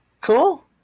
Cool